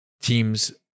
teams